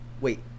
Wait